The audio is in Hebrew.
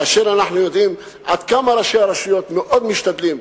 ואנחנו יודעים עד כמה ראשי הרשויות משתדלים,